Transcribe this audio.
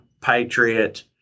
patriot